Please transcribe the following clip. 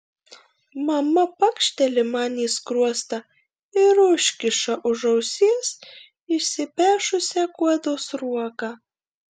mama pakšteli man į skruostą ir užkiša už ausies išsipešusią kuodo sruogą